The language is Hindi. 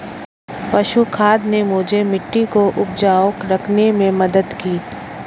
पशु खाद ने मुझे मिट्टी को उपजाऊ रखने में मदद की